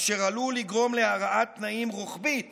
אשר עלול לגרום להרעת תנאים רוחבית